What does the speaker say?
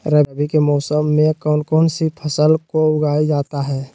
रवि के मौसम में कौन कौन सी फसल को उगाई जाता है?